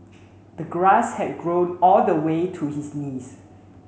the grass had grown all the way to his knees